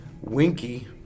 Winky